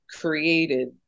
created